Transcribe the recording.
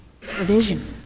provision